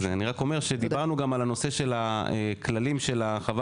אני רק אומר שדיברנו גם על הנושא של הכללים של חוות